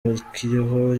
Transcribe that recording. akiriho